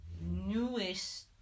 newest